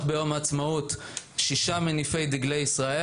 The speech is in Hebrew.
ביום העצמאות שישה מניפי דגלי ישראל.